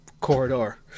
corridor